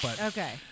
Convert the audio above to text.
Okay